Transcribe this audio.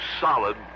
solid